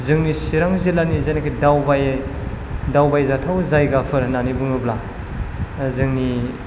जोंनि चिरां जिल्लानि जायनाखि दावबायो दावबायजाथाव जायगाफोर होननानै बुङोब्ला जोंनि